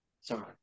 Sorry